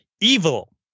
Evil